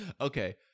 Okay